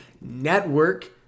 Network